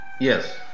Yes